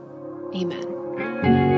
Amen